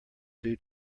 due